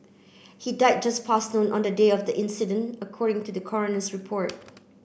he died just past noon on the day of the incident according to the coroner's report